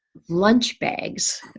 lunch bags,